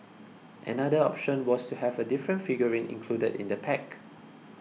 another option was to have a different figurine included in the pack